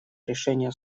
решения